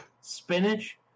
Spinach